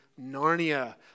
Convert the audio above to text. Narnia